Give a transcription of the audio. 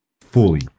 fully